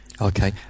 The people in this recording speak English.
Okay